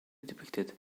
depicted